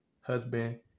husband